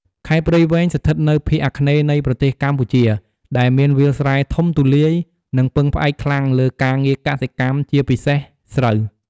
ខេត្តព្រៃវែង ស្ថិតនៅភាគអាគ្នេយ៍នៃប្រទេសកម្ពុជា ដែលមានវាលស្រែធំទូលាយ និងពឹងផ្អែកខ្លាំងលើការងារកសិកម្ម ជាពិសេសស្រូវ។